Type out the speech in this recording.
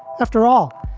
after all,